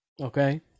Okay